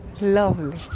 lovely